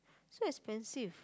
so expensive